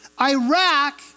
Iraq